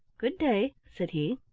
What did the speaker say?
good-day, said he.